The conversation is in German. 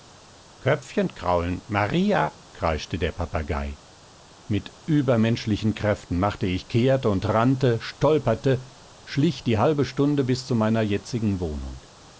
köpfchen kraulen maria kreischte der papagei mit übermenschlichen kräften machte ich kehrt und rannte stolperte schlich die halbe stunde bis zu meiner jetzigen wohnung